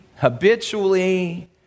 habitually